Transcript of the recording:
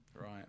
Right